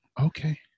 Okay